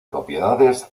propiedades